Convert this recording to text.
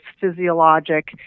physiologic